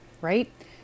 right